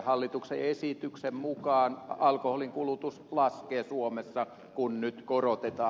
hallituksen esityksen mukaan alkoholinkulutus laskee suomessa kun nyt korotetaan